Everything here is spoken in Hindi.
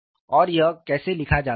और यह कैसे लिखा जाता है